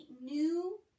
new